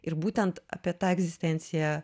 ir būtent apie tą egzistenciją